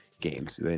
games